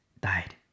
died